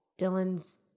Dylan's